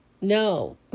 no